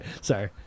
Sorry